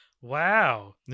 Wow